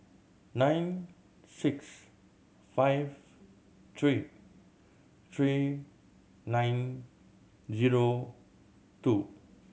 nine six five three three nine zero two